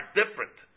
different